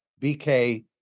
BK